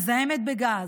מזהמת בגז,